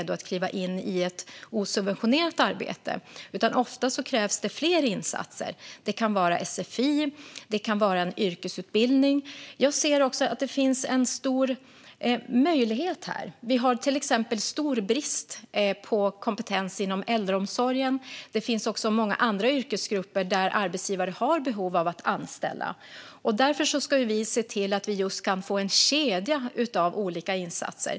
Ofta krävs fler insatser. Det kan vara sfi, eller det kan vara en yrkesutbildning. Jag ser också att det finns en stor möjlighet här. Vi har till exempel stor brist på kompetens inom äldreomsorgen. Det finns också många andra yrkesgrupper där arbetsgivare har behov av att anställa. Därför ska vi se till att vi kan få just en kedja av olika insatser.